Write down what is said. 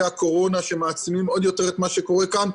הקורונה שמעצימים עוד יותר את מה שקורה כאן.